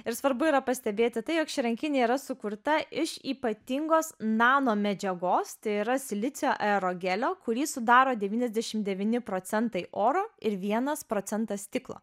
ir svarbu yra pastebėti tai jog ši rankinė yra sukurta iš ypatingos nano medžiagos tai yra silicio aerogelio kurį sudaro devyniasdešim devyni procentai oro ir vienas procentas stiklo